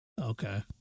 Okay